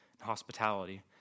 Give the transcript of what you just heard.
hospitality